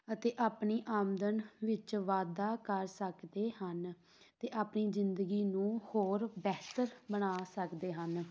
ਅਤੇ ਆਪਣੀ ਆਮਦਨ ਵਿੱਚ ਵਾਧਾ ਕਰ ਸਕਦੇ ਹਨ ਅਤੇ ਆਪਣੀ ਜ਼ਿੰਦਗੀ ਨੂੰ ਹੋਰ ਬਿਹਤਰ ਬਣਾ ਸਕਦੇ ਹਨ